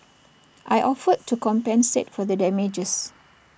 I offered to compensate for the damages